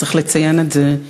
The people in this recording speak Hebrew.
צריך לציין את זה,